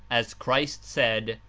as christ said.